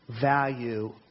value